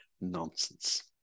nonsense